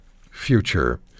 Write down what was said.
future